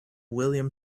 william